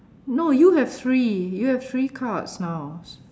no you have three you have three cards now